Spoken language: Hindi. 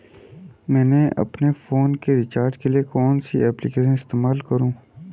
मैं अपने फोन के रिचार्ज के लिए कौन सी एप्लिकेशन इस्तेमाल करूँ?